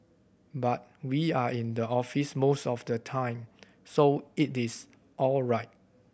but we are in the office most of the time so it is all right